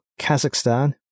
Kazakhstan